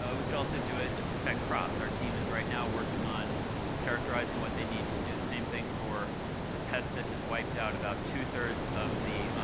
ah we could also do it to protect crops. our team is right now working on characterizing what they need to do the same thing for the pest that has wiped out about two thirds of the